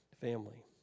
family